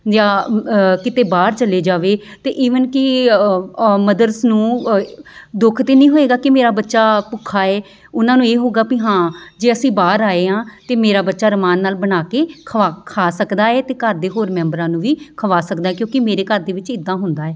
ਜਾਂ ਕਿਤੇ ਬਾਹਰ ਚਲੇ ਜਾਵੇ ਤਾਂ ਈਵਨ ਕਿ ਮਦਰਸ ਨੂੰ ਦੁੱਖ ਤਾਂ ਨਹੀਂ ਹੋਵੇਗਾ ਕਿ ਮੇਰਾ ਬੱਚਾ ਭੁੱਖਾ ਹੈ ਉਹਨਾਂ ਨੂੰ ਇਹ ਹੋਵੇਗਾ ਵੀ ਹਾਂ ਜੇ ਅਸੀਂ ਬਾਹਰ ਆਏ ਹਾਂ ਤਾਂ ਮੇਰਾ ਬੱਚਾ ਅਰਮਾਨ ਨਾਲ ਬਣਾ ਕੇ ਖਿਲਾ ਖਾ ਸਕਦਾ ਹੈ ਅਤੇ ਘਰ ਦੇ ਹੋਰ ਮੈਂਬਰਾਂ ਨੂੰ ਵੀ ਖਿਲਾ ਸਕਦਾ ਕਿਉਂਕਿ ਮੇਰੇ ਘਰ ਦੇ ਵਿੱਚ ਇੱਦਾਂ ਹੁੰਦਾ ਹੈ